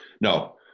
no